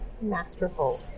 masterful